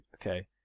Okay